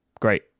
great